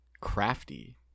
crafty